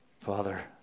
Father